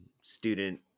student